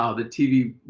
ah the tv,